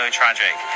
tragic